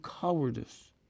cowardice